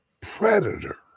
predator